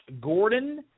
Gordon